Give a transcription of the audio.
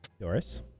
Doris